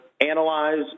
analyze